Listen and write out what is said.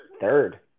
Third